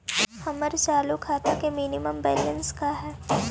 हमर चालू खाता के मिनिमम बैलेंस का हई?